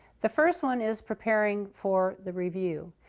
the first one is preparing for the review.